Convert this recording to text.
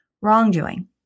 wrongdoing